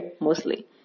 mostly